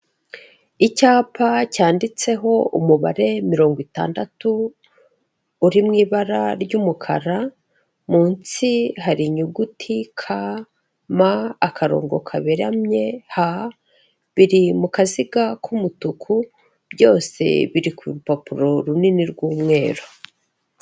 Icyapa cyanditseho umubare mirongo itandatu, uri mu ibara ry'umukara, munsi hari inyuguti K, M akarongo kaberamye H, biri mu kaziga k'umutuku, byose biri ku rupapuro runini rw'umweru.